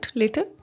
later